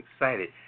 excited